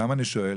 למה אני שואל?